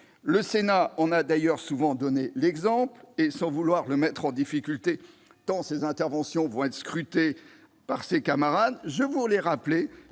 Le Sénat en a d'ailleurs souvent donné l'exemple, et, sans vouloir mettre Jean-Noël Cardoux en difficulté, tant ces interventions seront scrutées par ses camarades, je voulais rappeler